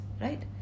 right